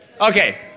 Okay